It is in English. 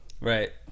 Right